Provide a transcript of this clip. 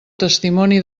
testimoni